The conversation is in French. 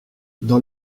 dans